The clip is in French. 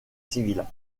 civile